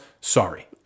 Sorry